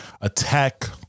Attack